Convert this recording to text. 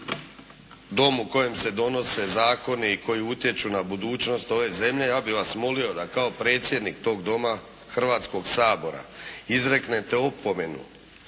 dom u kojem se donose zakoni koji utječu na budućnost ove zemlje. Ja bih vas molio da kao predsjednik tog Doma, Hrvatskog sabora izreknete opomenu